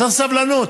צריך סבלנות.